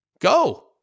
Go